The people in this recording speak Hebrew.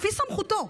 כפי סמכותו,